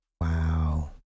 Wow